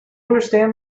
understand